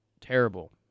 terrible